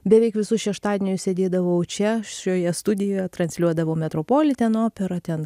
beveik visus šeštadienius sėdėdavau čia šioje studijoje transliuodavau metropolten operą ten